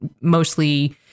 mostly